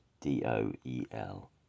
D-O-E-L